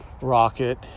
rocket